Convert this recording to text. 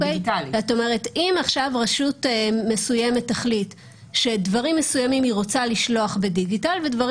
אם עכשיו רשות מסוימת תחליט שדברים מסוימים היא רוצה לשלוח בדיגיטל ודברים